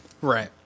Right